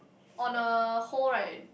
on a whole right